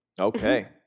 okay